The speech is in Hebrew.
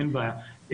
אין בעיה.